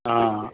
ಹಾಂ